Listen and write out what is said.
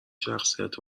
شخصیت